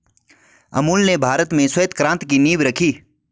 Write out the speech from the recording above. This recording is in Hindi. अमूल ने भारत में श्वेत क्रान्ति की नींव रखी